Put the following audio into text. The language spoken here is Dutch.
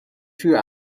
vuur